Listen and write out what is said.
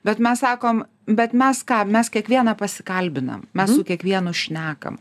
bet mes sakom bet mes ką mes kiekvieną pasikalbinam mes su kiekvienu šnekam